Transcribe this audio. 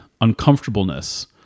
uncomfortableness